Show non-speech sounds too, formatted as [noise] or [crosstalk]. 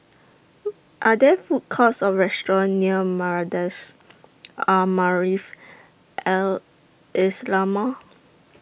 [noise] Are There Food Courts Or restaurants near Madrasah [noise] Al Maarif Al Islamiah